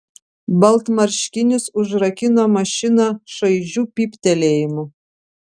baltmarškinis užrakino mašiną šaižiu pyptelėjimu